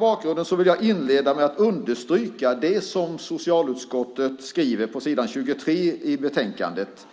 Jag vill inleda med att understryka det som socialutskottet skriver på s. 23 i betänkandet.